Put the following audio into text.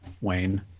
Wayne